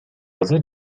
кызы